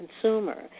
consumer